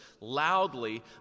loudly